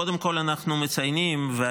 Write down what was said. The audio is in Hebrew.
קודם כול אנחנו מציינים בפועל,